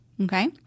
Okay